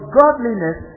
godliness